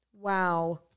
Wow